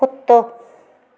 कुतो